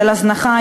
של הזנחה,